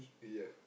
ya